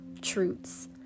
truths